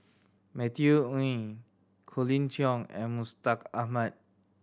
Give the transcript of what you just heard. Matthew Ngui Colin Cheong and Mustaq Ahmad